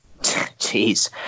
Jeez